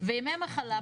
וימי מחלה,